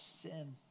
sin